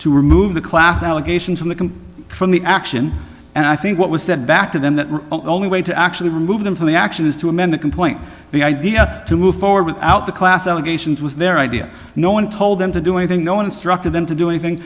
from the can from the action and i think what was that back to them the only way to actually remove them from the action is to amend the complaint the idea to move forward without the class allegations was their idea no one told them to do anything no one instructed them to do anything